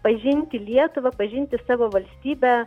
pažinti lietuvą pažinti savo valstybę